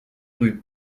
rue